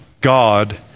God